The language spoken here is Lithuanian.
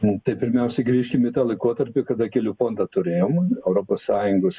nu tai pirmiausiai grįžkim į tą laikotarpį kada kelių fondą turėjom europos sąjungos